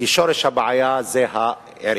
כי שורש הבעיה הוא העירייה.